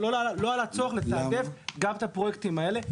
לא עלה צורך לתעדף גם את הפרויקטים האלה.